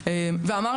בוועדה?